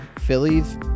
Phillies